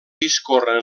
discorren